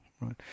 right